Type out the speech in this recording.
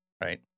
right